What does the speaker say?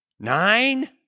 Nine